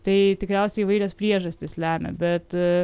tai tikriausiai įvairios priežastys lemia bet